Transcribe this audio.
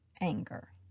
anger